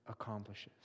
accomplishes